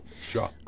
Sure